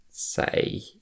say